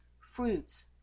fruits